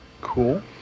Cool